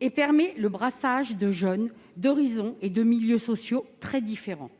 et favorise le brassage de jeunes d'horizons et de milieux sociaux très différents.